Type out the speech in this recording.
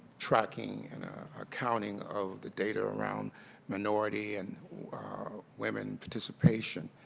tracking and accounting of the data around minority and women participation.